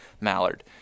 Mallard